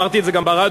אמרתי את זה גם ברדיו,